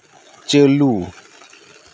ᱪᱟᱹᱞᱩ